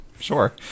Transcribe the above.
sure